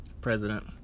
president